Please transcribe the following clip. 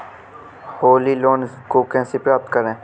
Holi loan को कैसे प्राप्त करें?